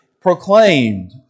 proclaimed